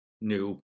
new